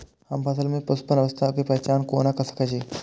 हम फसल में पुष्पन अवस्था के पहचान कोना कर सके छी?